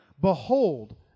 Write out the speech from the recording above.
behold